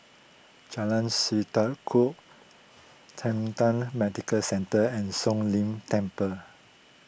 Jalan Sendudok Medical Centre and Siong Lim Temple